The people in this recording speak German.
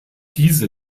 diese